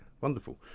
Wonderful